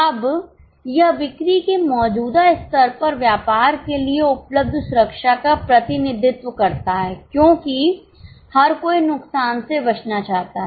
अब यह बिक्री के मौजूदा स्तर पर व्यापार के लिए उपलब्ध सुरक्षा का प्रतिनिधित्व करता है क्योंकि हर कोई नुकसान से बचना चाहता है